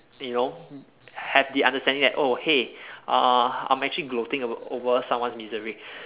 you know have the understanding like oh hey uh I'm actually gloating over over someone's misery